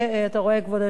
כבוד היושב-ראש,